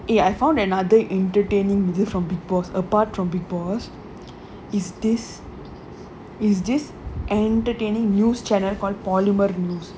eh I found another entertaining different because apart from people is this is this entertaining news channel called parliament moves